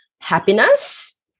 happiness